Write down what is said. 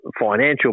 financial